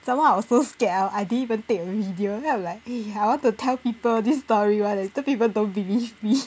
some more I was so scared I'll I didn't even take video then I'm like eh I want to tell people this story [one] eh later people don't believe me